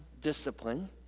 discipline